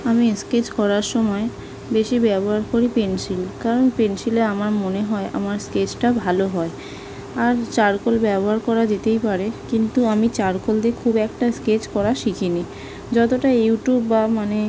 আমি স্কেচ করার সময় বেশি ব্যবহার করি পেনসিল কারণ পেনসিলে আমার মনে হয় আমার স্কেচটা ভালো হয় আর চারকোল ব্যবহার করা যেতেই পারে কিন্তু আমি চারকোল দিয়ে খুব একটা স্কেচ করা শিখিনি যতটা ইউটিউব বা মানে